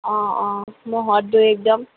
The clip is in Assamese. অ অ ম'হৰ দৈ একদম